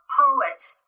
poets